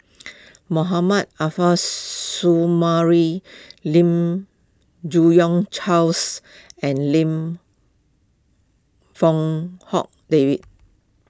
Mohammad Arif Lim Yi Yong Charles and Lim Fong Hock David